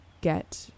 get